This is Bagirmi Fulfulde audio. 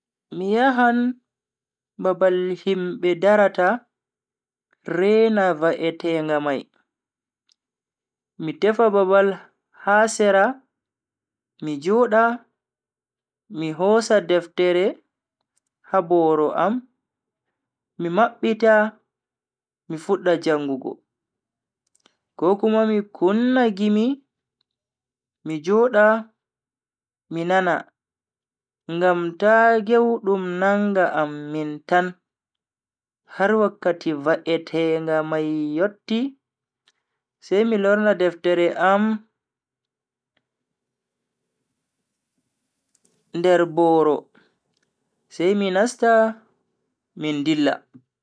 Miyahan babal himbe darata rena va'etenga mai, mi tefa babal ha sera mi joda mi hosa deftere ha boro am mi mabbita mi fudda jangugo. ko kuma mi kunnan gimi mido joda mi nana ngam ta gewdum nanga am mintan har wakkiti va'etenga mai yotti sai mi lorna deftere am nder boro mi nasta min dilla.